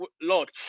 lord